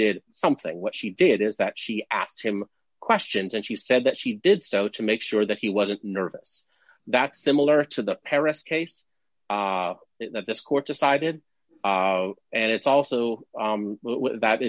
did something what she did is that she asked him questions and she said that she did so to make sure that he wasn't nervous that's similar to the paris case that this court decided and it's also that